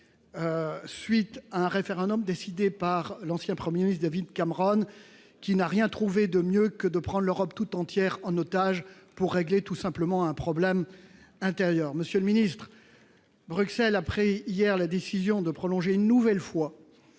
suite d'un référendum décidé par l'ancien Premier ministre David Cameron, lequel n'a rien trouvé de mieux que de prendre l'Europe tout entière en otage pour régler un problème intérieur ! Monsieur le ministre, Bruxelles a pris hier la décision de prolonger une nouvelle fois